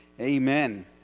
Amen